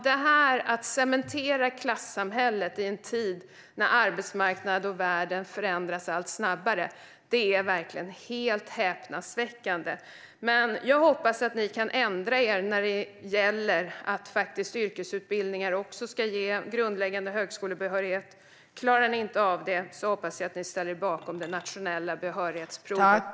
Att vilja cementera klassamhället i en tid när arbetsmarknaden och världen förändras allt snabbare är verkligen helt häpnadsväckande. Men jag hoppas att ni kan ändra er när det gäller att också yrkesutbildningar ska ge grundläggande högskolebehörighet. Om ni inte klarar av det hoppas jag att ni ställer er bakom det nationella behörighetsprovet.